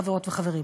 חברות וחברים,